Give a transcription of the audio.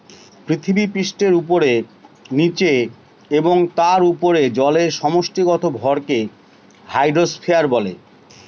পৃথিবীপৃষ্ঠের উপরে, নীচে এবং তার উপরে জলের সমষ্টিগত ভরকে হাইড্রোস্ফিয়ার বলে